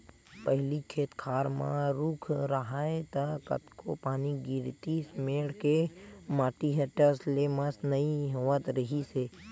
पहिली खेत खार म रूख राहय त कतको पानी गिरतिस मेड़ के माटी ह टस ले मस नइ होवत रिहिस हे